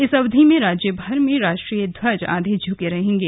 इस अवधि में राज्यभर में राष्ट्रीय ध्वज आधे झुके रहेंगे